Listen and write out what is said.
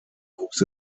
wuchs